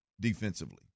defensively